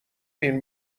این